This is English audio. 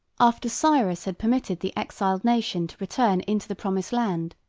after cyrus had permitted the exiled nation to return into the promised land,